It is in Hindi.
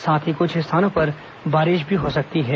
साथ ही कुछ स्थानों पर बारिश भी हो सकती है